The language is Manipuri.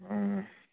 ꯎꯝ